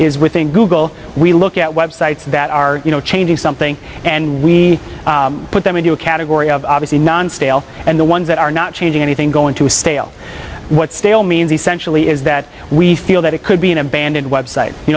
is within google we look at websites that are you know changing something and we put them into a category of obviously non stale and the ones that are not changing anything go into stale what stale means essentially is that we feel that it could be an abandoned web site you